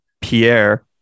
Pierre